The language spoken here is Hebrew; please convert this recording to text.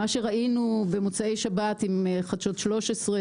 מה שראינו במוצאי שבת עם חדשות 13,